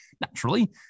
Naturally